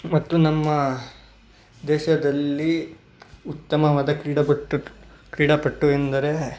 ಮತ್ತು ನಮ್ಮ ದೇಶದಲ್ಲಿ ಉತ್ತಮವಾದ ಕ್ರೀಡಾಪಟು ಕ್ರೀಡಾಪಟು ಎಂದರೆ